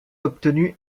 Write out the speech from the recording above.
obtenu